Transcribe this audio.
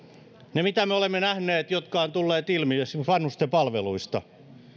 ne asiat mitä me olemme nähneet ne jotka ovat tulleet ilmi esimerkiksi vanhustenpalveluista